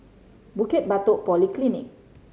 Bukit Batok Polyclinic